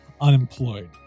unemployed